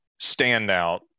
standout